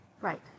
Right